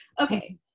Okay